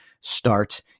start